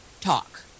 talk